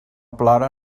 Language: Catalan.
plora